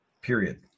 Period